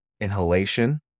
inhalation